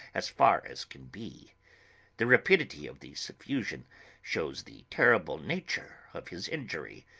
as far as can be the rapidity of the suffusion shows the terrible nature of his injury.